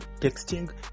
texting